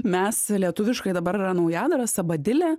mes lietuviškai dabar yra naujadaras sabadilė